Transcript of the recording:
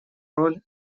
роль